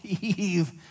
Eve